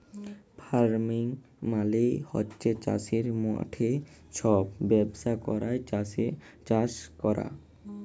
farming মালে হছে চাষের মাঠে ছব ব্যবস্থা ক্যইরে চাষ ক্যরা